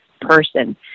person